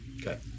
Okay